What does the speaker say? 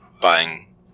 buying